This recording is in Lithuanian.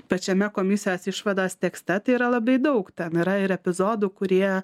pačiame komisijos išvados tekste tai yra labai daug ten yra ir epizodų kurie